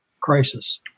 crisis